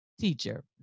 teacher